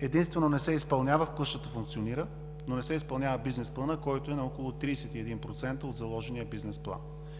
единствено не се изпълнява – къщата функционира, но се не изпълнява бизнес планът, който е на около 31% от заложения бизнес план.